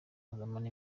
azamara